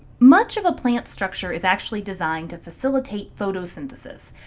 much of a plant's structure is actually designed to facilitate photosynthesis.